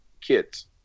kids